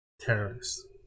terrorists